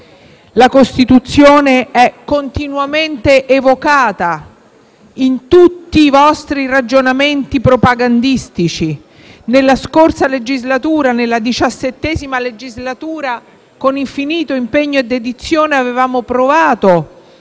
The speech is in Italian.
La Costituzione è continuamente evocata in tutti i vostri ragionamenti propagandistici. Nella scorsa legislatura, la XVII, con infinito impegno e dedizione avevamo provato